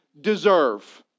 deserve